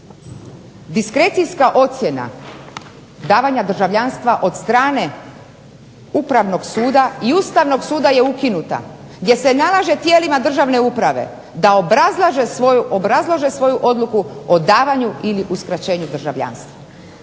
diskrecijska ocjena davanja državljanstva od strane Upravnog suda i Ustavnog suda je ukinuta, gdje se nalaže tijelima državne uprave da obrazlože svoju odluku o davanju ili uskraćenju državljanstva.